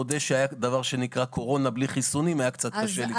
אני מודה שהיה דבר שנקרא קורונה בלי חיסונים והיה קצת קשה להתמודד.